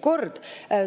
kord,